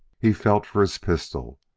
he felt for his pistol,